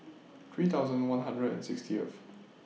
three thousand one hundred and sixtieth